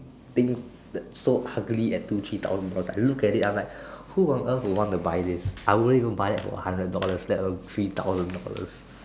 thing that so ugly at two three thousand dollar I look at it I'm like who will want to buy this I won't even buy that for one hundred dollars let alone three thousand dollars